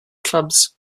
clubs